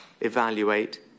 evaluate